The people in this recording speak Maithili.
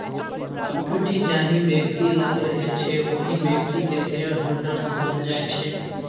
इक्विटी जाहि बेकती लग रहय छै ओहि बेकती केँ शेयरहोल्डर्स कहल जाइ छै